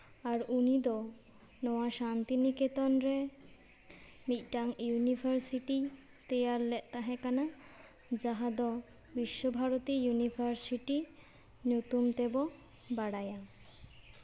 ᱟᱨ ᱩᱱᱤ ᱫᱚ ᱱᱚᱣᱟ ᱥᱟᱱᱛᱤᱱᱤᱠᱮᱛᱚᱱ ᱨᱮ ᱢᱤᱫᱴᱟᱝ ᱤᱭᱩᱱᱤᱵᱷᱟᱨᱥᱤᱴᱤ ᱛᱮᱭᱟᱨ ᱞᱮᱫ ᱛᱟᱦᱮᱸ ᱠᱟᱱᱟ ᱡᱟᱦᱟᱸ ᱫᱚ ᱵᱤᱥᱥᱚ ᱵᱷᱟᱨᱚᱛᱤ ᱤᱭᱩᱱᱤᱵᱷᱟᱨᱥᱤᱴᱤ ᱧᱩᱛᱩᱢ ᱛᱮᱵᱚ ᱵᱟᱲᱟᱭᱟ